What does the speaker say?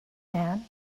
man